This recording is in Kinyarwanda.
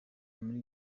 muri